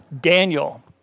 Daniel